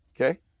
Okay